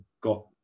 got